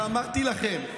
אמרתי לכם,